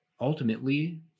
ultimately